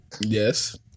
Yes